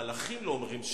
המלאכים לא אומרים שירה,